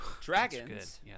Dragons